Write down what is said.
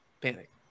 panic